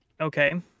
Okay